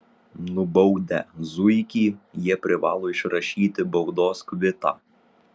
nubaudę zuikį jie privalo išrašyti baudos kvitą